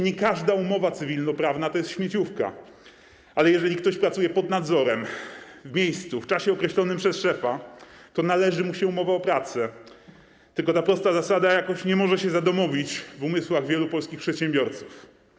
Nie każda umowa cywilnoprawna to jest śmieciówka, ale jeżeli ktoś pracuje pod nadzorem, w miejscu i w czasie określonym przez szefa, to należy mu się umowa o pracę, tylko ta prosta zasada jakoś nie może się zadomowić w umysłach wielu polskich przedsiębiorców.